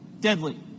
Deadly